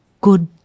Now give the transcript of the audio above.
good